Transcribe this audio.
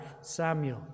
Samuel